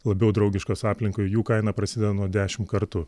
labiau draugiškos aplinkai jų kaina prasideda nuo dešimt kartų